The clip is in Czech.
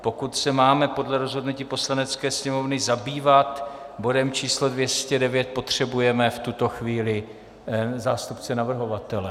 Pokud se máme podle rozhodnutí Poslanecké sněmovny zabývat bodem č. 209, potřebujeme v tuto chvíli zástupce navrhovatele.